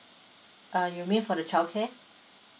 uh you mean for the child care